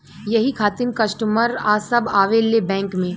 यही खातिन कस्टमर सब आवा ले बैंक मे?